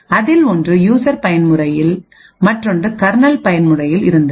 அதில் ஒன்று யூசர் பயன்முறையில் மற்றொன்று கர்னல் பயன்முறையில் இருந்தது